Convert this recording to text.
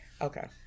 Okay